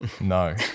no